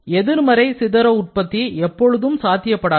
எதிர்மறை சிதற உற்பத்தி எப்பொழுதும் சாத்தியப்படாது